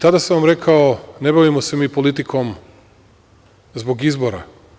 Tada sam vam rekao – ne bavimo se mi politikom zbog izbora.